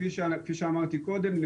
כפי שאמרתי קודם,